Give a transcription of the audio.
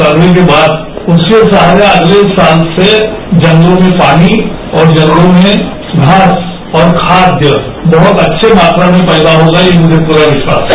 सर्वे के बाद उसके सहारे अगले साल से जंगलों में पानी और जंगलों में घास और खाद्य बहुत अच्छी मात्रा में पैदा होगा ये मुझे पूरा विश्वास है